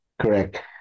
correct